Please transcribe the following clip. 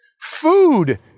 food